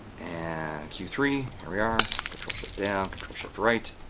and q three, here we are, ctrl shift down, ctrl shift right